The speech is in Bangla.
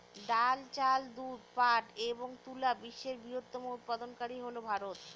ডাল, চাল, দুধ, পাট এবং তুলা বিশ্বের বৃহত্তম উৎপাদনকারী হল ভারত